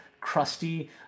crusty